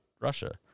Russia